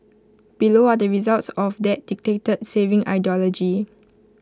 below are the results of that dictator saving ideology